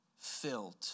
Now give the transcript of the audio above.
filled